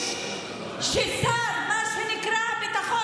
זה מביש ששר מה שנקרא "הביטחון",